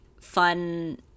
fun